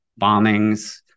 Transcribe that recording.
bombings